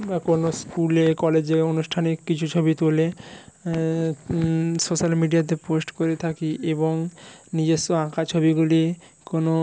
বা কোনো স্কুলে কলেজে অনুষ্ঠানে কিছু ছবি তুলে সোশ্যাল মিডিয়াতে পোস্ট করে থাকি এবং নিজস্ব আঁকা ছবিগুলি কোনো